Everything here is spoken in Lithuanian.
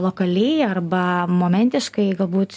lokaliai arba momentiškai galbūt